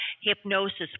hypnosis